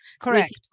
Correct